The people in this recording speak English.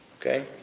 Okay